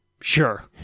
Sure